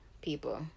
people